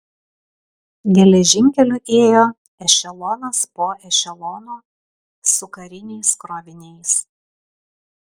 geležinkeliu ėjo ešelonas po ešelono su kariniais kroviniais